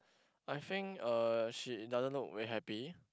I think uh she doesn't look very happy